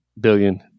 Billion